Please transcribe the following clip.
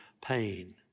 pain